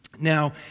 Now